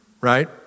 right